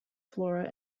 flora